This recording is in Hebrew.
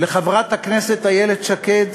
לחברת הכנסת איילת שקד